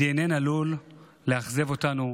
הדנ"א עלול לאכזב אותנו,